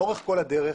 לאורך כל הדרך,